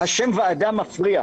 השם ועדה מפריע.